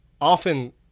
often